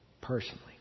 personally